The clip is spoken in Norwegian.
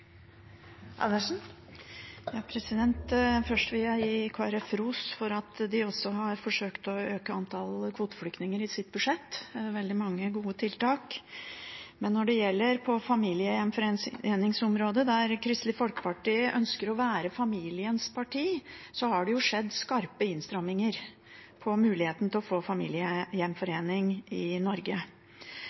Først vil jeg gi Kristelig Folkeparti ros for at de også har forsøkt å øke antall kvoteflyktninger i sitt budsjett. Det er veldig mange gode tiltak. Men når det gjelder familiegjenforeningsområdet, der Kristelig Folkeparti ønsker å være familiens parti, har det jo skjedd skarpe innstramninger på muligheten til å få familiegjenforening i Norge.